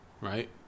Right